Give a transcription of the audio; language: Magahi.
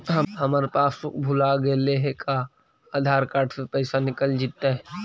हमर पासबुक भुला गेले हे का आधार कार्ड से पैसा निकल जितै?